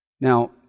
Now